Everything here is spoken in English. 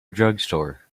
drugstore